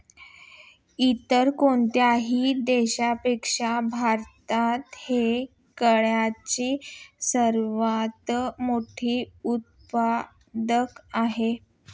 इतर कोणत्याही देशापेक्षा भारत हा केळीचा सर्वात मोठा उत्पादक आहे